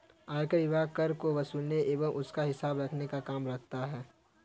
आयकर विभाग कर को वसूलने एवं उसका हिसाब रखने का काम करता है